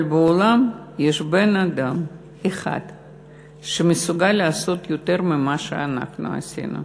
אבל בעולם יש בן-אדם אחד שמסוגל לעשות יותר ממה שאנחנו עשינו,